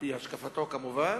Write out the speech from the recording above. על-פי השקפתו כמובן,